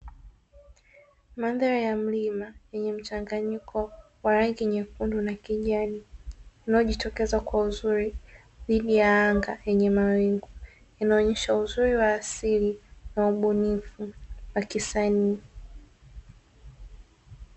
Mandhari ya mlima yenye mchanganyiko wa rangi nyekundu na kijani, iliyojitokeza kwa uzuri dhidi ya anga lenye mawingu, inaonyesha uzuri wa asili na ubunifu wa kisanii.